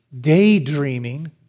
daydreaming